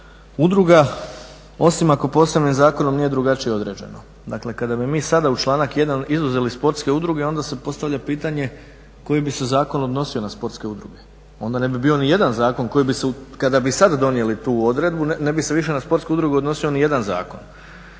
udruga osim ako posebnim zakonom nije drugačije određeno. Dakle kada bi mi sada u članak 1. izuzeli sportske udruge onda se postavlja pitanje koji bi se zakon odnosio na sportske udruge? Onda ne bi bio nijedan zakon koji bi se, kada bi sada donijeli tu odredbu ne bi se više na sportske udruge odnosio nijedan zakon.